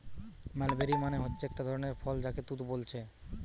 mulberry মানে হচ্ছে একটা ধরণের ফল যাকে তুত বোলছে